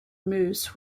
moose